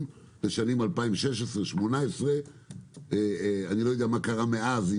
לשנים 2016 2018. אני לא יודע מה קרה מאז,